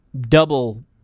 double